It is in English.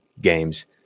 games